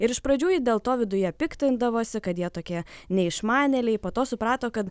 ir iš pradžių ji dėl to viduje piktindavosi kad jie tokie neišmanėliai po to suprato kad